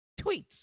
tweets